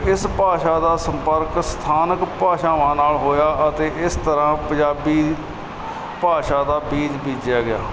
ਇਸ ਭਾਸ਼ਾ ਦਾ ਸੰਪਰਕ ਸਥਾਨਕ ਭਾਸ਼ਾਵਾਂ ਨਾਲ ਹੋਇਆ ਅਤੇ ਇਸ ਤਰ੍ਹਾਂ ਪੰਜਾਬੀ ਭਾਸ਼ਾ ਦਾ ਬੀਜ ਬੀਜਿਆ ਗਿਆ